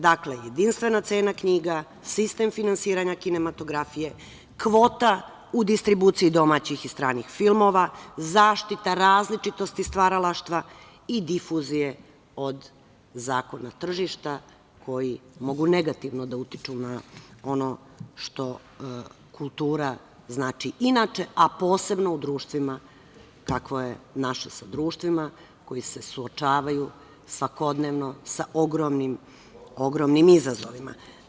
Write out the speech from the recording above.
Dakle, jedinstvena cena knjiga, sistem finansiranja kinematografije, kvota u distribuciji domaćih i stranih filmova, zaštita različitosti stvaralaštva i difuzije od zakona tržišta koji mogu negativno da utiču na ono što kultura znači inače, a posebno u društvima kakvo je naše, sa društvima koja se suočavaju svakodnevno sa ogromnim izazovima.